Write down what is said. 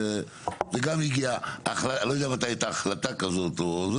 לא יודע מתי הייתה החלטה כזו.